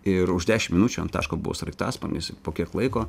ir už dešimt minučių ant taško buvo sraigtasparnis po kiek laiko